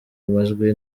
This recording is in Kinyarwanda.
majwi